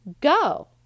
go